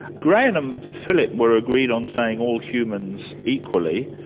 graham and um philip were agreed on saying all humans equally,